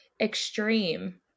extreme